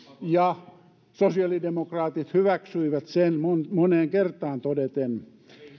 ja sosiaalidemokraatit sen hyväksyivät moneen kertaan sen todeten